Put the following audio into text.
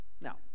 Now